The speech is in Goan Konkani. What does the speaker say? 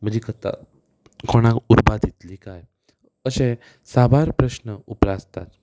म्हजी कथा कोणाक उर्बा दितली कांय अशें साबार प्रस्न उप्रासतात